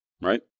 right